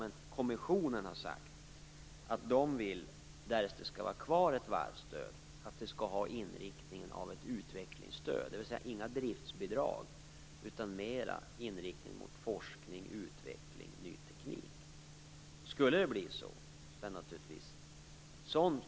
Men kommissionen har sagt att varvsstöd, därest det skall finnas kvar, skall ha inriktningen av ett utvecklingsstöd. Det betyder att det inte skall vara fråga om några driftsbidrag utan att stöden mer skall vara inriktade på forskning, utveckling och ny teknik.